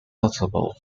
notable